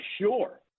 sure